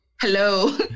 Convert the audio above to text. hello